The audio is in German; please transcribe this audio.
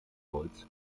holz